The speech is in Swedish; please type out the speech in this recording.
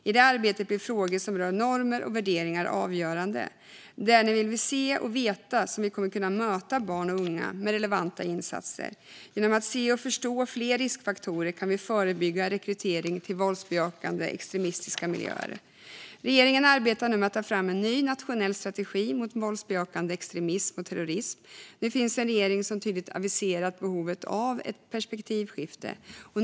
I detta arbete blir frågor som rör normer och värderingar avgörande. Det är när vi vill se och veta som vi kommer att kunna möta barn och unga med relevanta insatser. Genom att se och förstå fler riskfaktorer kan vi förebygga rekrytering till våldsbejakande extremistiska miljöer. Regeringen arbetar nu med att ta fram en ny nationell strategi mot våldsbejakande extremism och terrorism. Nu finns en regering som tydligt aviserat behovet av ett perspektivskifte.